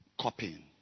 copying